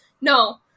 No